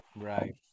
right